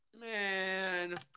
man